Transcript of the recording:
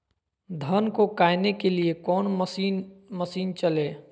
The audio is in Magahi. धन को कायने के लिए कौन मसीन मशीन चले?